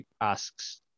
asks